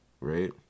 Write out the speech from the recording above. right